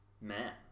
man